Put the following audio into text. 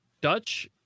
Dutch